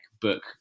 book